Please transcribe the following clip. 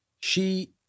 She-